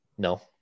No